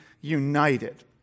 united